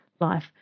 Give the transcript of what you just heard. life